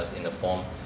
in the form